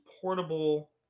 portable